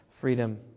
freedom